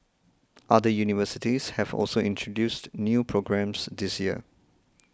other universities have also introduced new programmes this year